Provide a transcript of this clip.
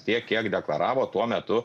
tiek kiek deklaravo tuo metu